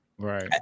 Right